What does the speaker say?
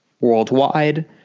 worldwide